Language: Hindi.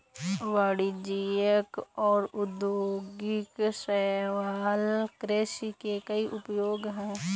वाणिज्यिक और औद्योगिक शैवाल कृषि के कई उपयोग हैं